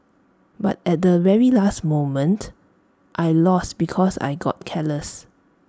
but at the very last moment I lost because I got careless